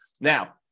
now